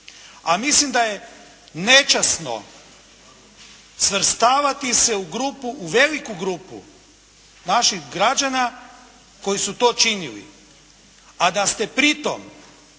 A mislim da je nečasno svrstavati se u grupu, veliku grupu naših građana koji su to činili, a da ste pri tom